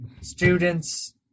students